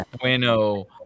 Bueno